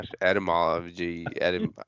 etymology